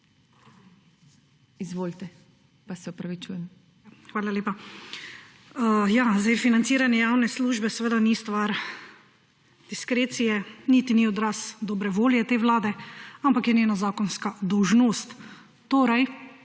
MIRNIK (PS LMŠ):** Hvala lepa. Ja, zdaj financiranje javne službe seveda ni stvar diskrecije niti ni odraz dobre volje vlade, ampak je njena zakonska dolžnost. Torej